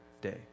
day